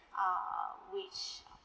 err which